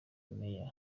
meya